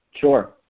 Sure